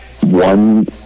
one